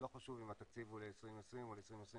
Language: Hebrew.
לא חשוב אם התקציב הוא ל-2020 או ל-2021,